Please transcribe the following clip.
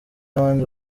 n’abandi